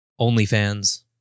OnlyFans